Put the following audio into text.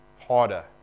harder